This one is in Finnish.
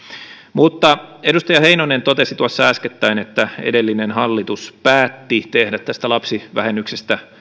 mutta edustaja heinonen totesi tuossa äskettäin että edellinen hallitus päätti tehdä tästä lapsivähennyksestä